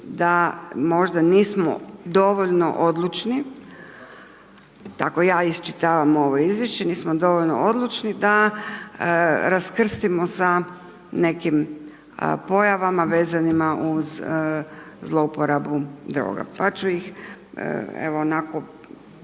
da možda nismo dovoljno odlučni, tako ja iščitavam ovo izvješće, mi smo dovoljno odlučni da raskrstimo sa nekim pojavama vezanima uz zlouporabu droga, pa ću ih evo onako